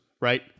right